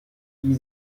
wie